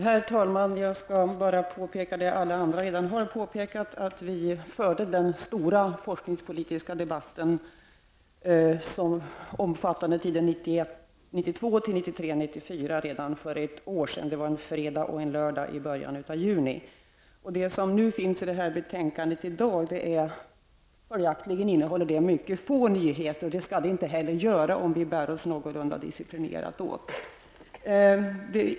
Herr talman! Jag skall bara påpeka det alla andra redan har påpekat, att vi förde den stora forskningspolitiska debatten, som omfattade tiden 1991 94, redan för ett år sedan. Det var en fredag och lördag i början av juni. Det betänkande kammaren behandlar i dag innehåller följaktligen mycket få nyheter. Det skall heller inte vara på något annat sätt, om vi bär oss någorlunda disciplinerat åt.